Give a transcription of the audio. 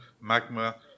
Magma